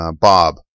Bob